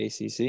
ACC